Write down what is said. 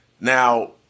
Now